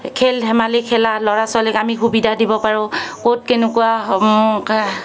খেল ধেমালি খেলা ল'ৰা ছোৱালীক আমি সুবিধা দিব পাৰোঁ ক'ত কেনেকুৱা